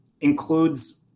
includes